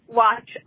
watch